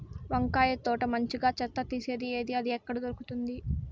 వంకాయ తోట మంచిగా చెత్త తీసేది ఏది? అది ఎక్కడ దొరుకుతుంది?